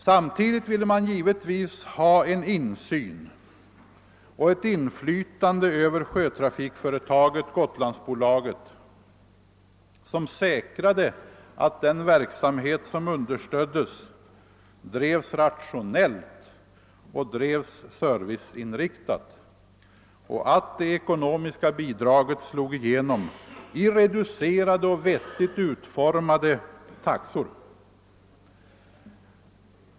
Samtidigt ville man givetvis också ha en insyn och ett inflytande över sjötrafikföretaget Gotlandsbolaget som säkrade att den verksamhet som understöddes drevs rationellt och serviceinriktat samt att det ekonomiska bidraget slog igenom i reducerade och vettigt utformade taxor.